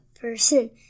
person